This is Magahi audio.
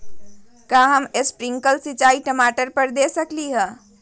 का हम स्प्रिंकल सिंचाई टमाटर पर दे सकली ह?